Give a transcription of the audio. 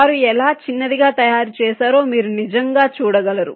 వారు ఎలా చిన్నది గా తయారు చేసారో మీరు నిజంగా చూడగలరు